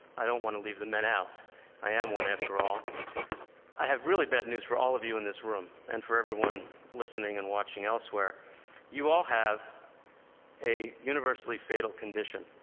i don't want to leave the men out i am one, after all i have really bad news for all of you in this room, and for everyone listening and watching elsewhere you all have a universally fatal condition.